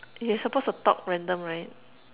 you're supposed to talk random right